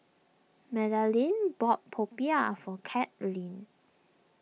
Madalynn bought Popiah for Carlyn